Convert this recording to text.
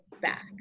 back